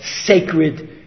sacred